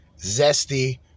zesty